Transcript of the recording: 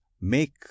make